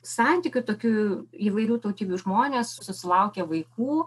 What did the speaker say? santykių tokių įvairių tautybių žmonės susilaukė vaikų